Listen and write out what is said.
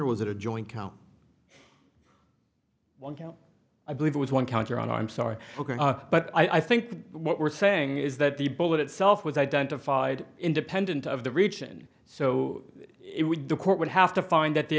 or was it a joint count well i believe it was one count you're on i'm sorry but i think what we're saying is that the bullet itself was identified independent of the region so it would the court would have to find that the